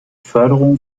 förderung